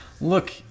Look